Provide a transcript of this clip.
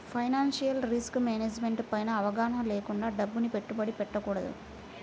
financial risk management పైన అవగాహన లేకుండా డబ్బుని పెట్టుబడి పెట్టకూడదు